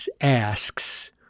asks